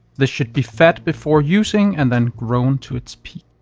this should be fed before using and then grown to it's peak.